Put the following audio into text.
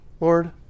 Lord